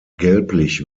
gelblich